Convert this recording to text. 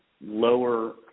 lower